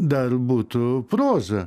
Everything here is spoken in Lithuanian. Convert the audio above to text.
dar būtų proza